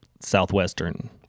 Southwestern